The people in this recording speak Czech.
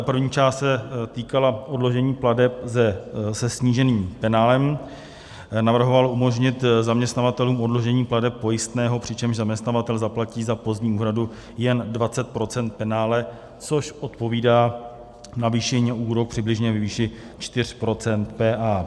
První část se týkala odložení plateb se sníženým penále, navrhovala umožnit zaměstnavatelům odložení plateb pojistného, přičemž zaměstnavatel zaplatí za pozdní úhradu jen 20 % penále, což odpovídá navýšení přibližně 4 % p. a.